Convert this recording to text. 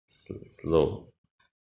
s~ slow